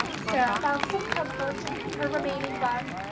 sara found some comfort in her remaining bun.